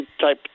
type